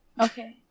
Okay